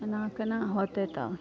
एना केना होतै तब